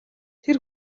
тэр